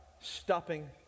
stopping